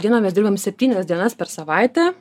dieną mes dirbam septynias dienas per savaitę